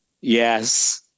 Yes